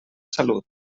salut